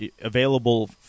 available